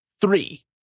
three